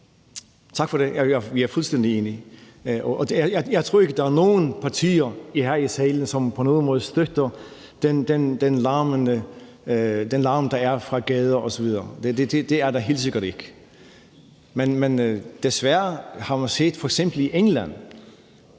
Tak for det. Vi er fuldstændig enige. Og jeg tror ikke, at der er nogen partier her i salen, som på nogen måde støtter den larm, der er fra gader osv.; det er der helt sikkert ikke. Men jeg har lige været i England